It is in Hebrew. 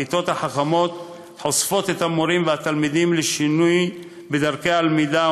הכיתות החכמות חושפות את המורים והתלמידים לשינוי בדרכי הלמידה,